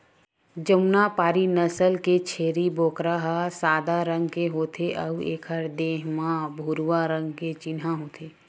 जमुनापारी नसल के छेरी बोकरा ह सादा रंग के होथे अउ एखर देहे म भूरवा रंग के चिन्हा होथे